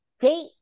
Date